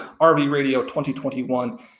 RVRADIO2021